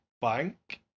bank